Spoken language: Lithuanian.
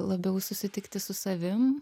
labiau susitikti su savim